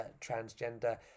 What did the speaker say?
transgender